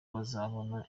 bazabona